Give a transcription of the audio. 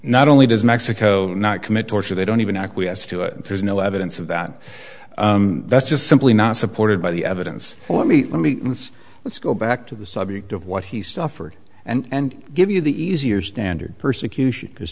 not only does mexico not commit torture they don't even acquiesce to it there's no evidence of that that's just simply not supported by the evidence let me let me let's let's go back to the subject of what he suffered and give you the easier standard persecution because